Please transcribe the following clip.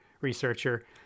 researcher